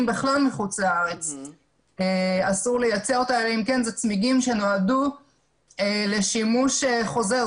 בכלל אלא אם כן אלה צמיגים שנועדו לשימוש חוזר.